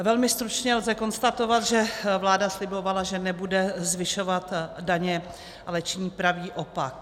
Velmi stručně lze konstatovat, že vláda slibovala, že nebude zvyšovat daně, ale činí pravý opak.